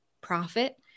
profit